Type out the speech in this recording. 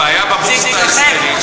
הבעיה בבורסה הישראלית,